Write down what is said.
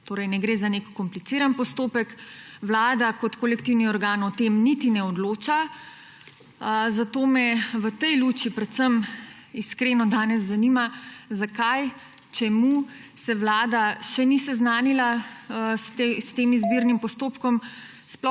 Torej ne gre za nek kompliciran postopek. Vlada kot kolektivni organ o tem niti ne odloča. Zato me v tej luči predvsem iskreno danes zanima: Zakaj, čemu se Vlada še ni seznanila s tem izbirnim postopkom,